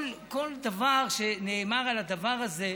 כל דבר שנאמר על הדבר הזה,